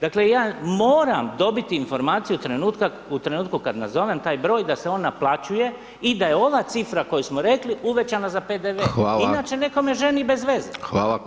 Dakle, ja moram dobiti informaciju u trenutku kad nazovem taj broj da se on naplaćuje i da je ova cifra koju smo rekli uvećana za PDV [[Upadica: Hvala.]] Inače, netko me ženi bez veze.